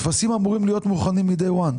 הטפסים אמורים להיות מוכנים מ-Day one.